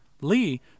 Lee